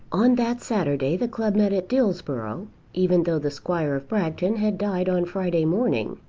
on that saturday the club met at dillsborough even though the squire of bragton had died on friday morning.